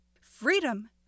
Freedom